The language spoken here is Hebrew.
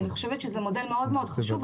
זה מודל מאוד מאוד חשוב,